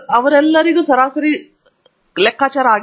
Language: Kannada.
ಅವರೆಲ್ಲರಿಗೂ ಅದೇ ಸರಾಸರಿ ಇದೆ